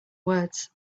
words